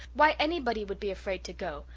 why, anybody would be afraid to go.